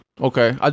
Okay